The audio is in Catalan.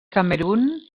camerun